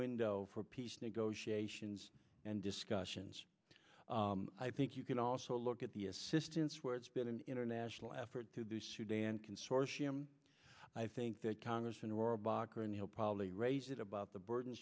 window for peace negotiations and discussions i think you can also look at the assistance where it's been an international effort to the sudan consortium i think that congressman rohrabacher and he'll probably raise it about the burden